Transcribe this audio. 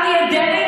אריה דרעי,